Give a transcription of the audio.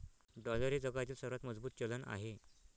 dollar हे जगातील सर्वात मजबूत चलन आहे